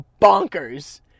bonkers